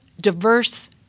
diverse